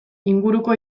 inguruko